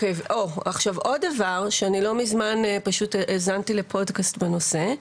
עוד דבר, אני לא מזמן האזנתי לפודקאסט בנושא,